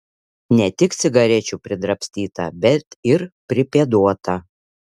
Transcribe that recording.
ne tik cigarečių pridrabstyta bet ir pripėduota